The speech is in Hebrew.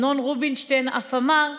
אמנון אברמוביץ', אף אמר: